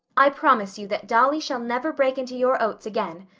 i promise you that dolly shall never break into your oats again.